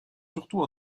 surtout